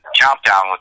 countdown